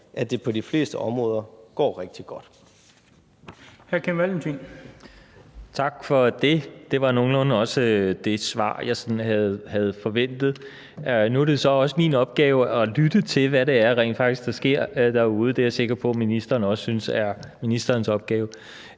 at det på de fleste områder går rigtig godt.